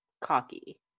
Cocky